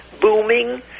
booming